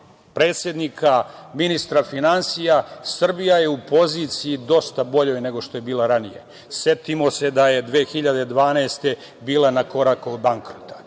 predsednika, ministra finansija, Srbija je u poziciji dosta boljoj nego što je bila ranije. Setimo se da je 2012. godine bila na koraku bankrota.